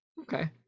Okay